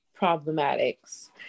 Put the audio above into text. problematics